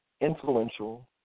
influential